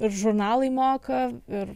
ir žurnalai moka ir